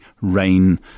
rain